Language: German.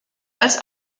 als